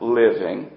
living